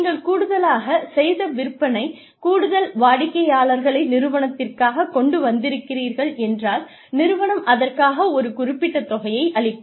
நீங்கள் கூடுதலாகச் செய்த விற்பனை கூடுதல் வாடிக்கையாளர்களை நிறுவனத்திற்காகக் கொண்டு வந்திருக்கிறீர்கள் என்றால் நிறுவனம் அதற்காக ஒரு குறிப்பிட்ட தொகையை அளிக்கும்